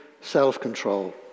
self-control